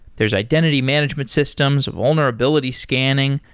there's identity management systems, vulnerability scanning,